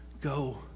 go